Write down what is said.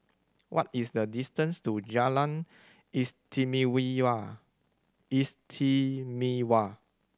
what is the distance to Jalan Istimewa